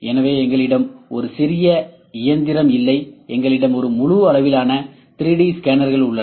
எனவே எங்களிடம் ஒரு சிறிய இயந்திரம் இல்லை எங்களிடம் ஒரு முழு அளவிலான 3D ஸ்கேனர் உள்ளது